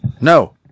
No